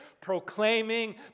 proclaiming